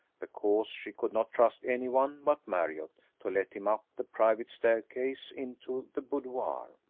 because she could not trust any one but marriott to let him up the private staircase into the boudoir.